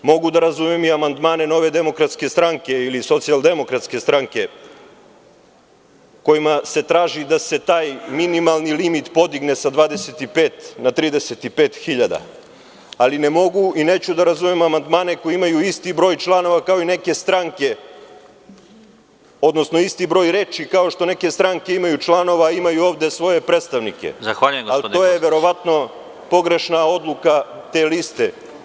Mogu da razumem i amadndmane Nove demokratske stranke ili Socijaldemokratske stranke kojima se traži da se taj minimalni limit podigne sa 25 na 35.000, ali ne mogu i neću da razumem amandmanekoji imaju isti broj članova kao i neke stranke, odnosno isti broj reči kao što neke stranke imaju članova, imaju ovde svoje predstavnike, ali to je verovatno pogrešna odluka te liste.